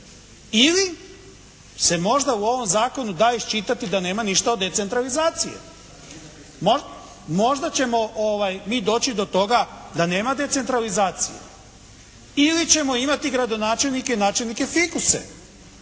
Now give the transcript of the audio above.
Ili se možda u ovom zakonu da iščitati da nema ništa od decentralizacije. Možda ćemo mi doći do toga da nema decentralizacije. Ili ćemo imati gradonačelnike i načelnike fikuse